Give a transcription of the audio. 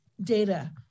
data